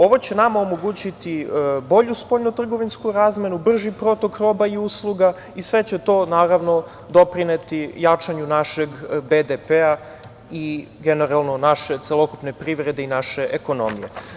Ovo će nama omogućiti bolju spoljno-trgovinsku razmenu, brži protok roba i usluga i sve će to doprineti jačanju našeg BDP-a i generalno naše celokupne privrede i naše ekonomije.